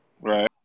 right